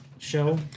Show